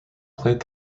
played